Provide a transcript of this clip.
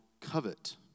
covet